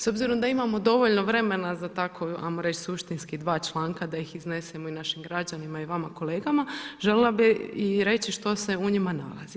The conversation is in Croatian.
S obzirom da imamo dovoljno vremena za tako, ajmo reć suštinski dva članka da ih iznesemo i našim građanima i vama kolegama, želila bi i reći što se u njima nalazi.